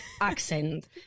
accent